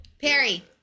Perry